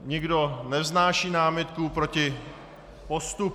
Nikdo nevznáší námitku proti postupu?